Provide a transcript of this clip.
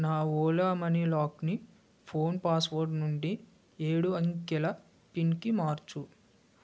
నా ఓలా మనీ లాక్ని phone password నుండి ఏడు అంకెల పిన్కి మార్చు